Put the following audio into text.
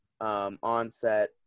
Onset